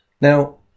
Now